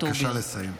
בבקשה לסיים.